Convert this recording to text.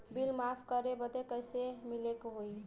Bill माफ करे बदी कैसे मिले के होई?